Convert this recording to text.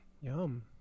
Yum